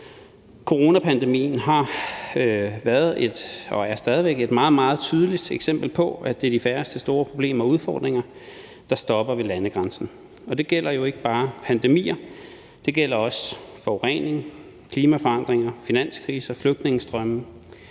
er stadig et meget, meget tydeligt eksempel på, at det er de færreste store problemer og udfordringer, der stopper ved landegrænsen. Det gælder jo ikke bare pandemier. Det gælder også forurening, klimaforandringer, finanskriser, flygtningestrømme,